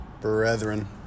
Brethren